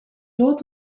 lood